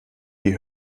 die